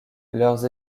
leurs